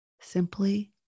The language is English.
simply